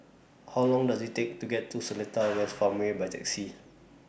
How Long Does IT Take to get to Seletar West Farmway By Taxi